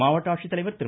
மாவட்ட ஆட்சித்தலைவா் திரு